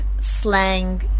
slang